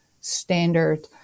standard